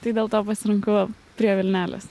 tai dėl to pasirinkau prie vilnelės